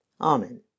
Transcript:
Amen